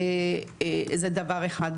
זה דבר אחד.